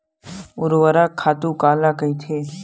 ऊर्वरक खातु काला कहिथे?